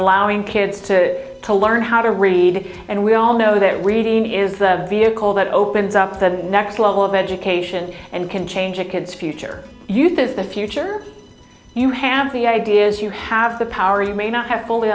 allowing kids to learn how to read and we all know that reading is the vehicle that opens up the next level of education and can change a kid's future uses the future you have the ideas you have the power you may not have fully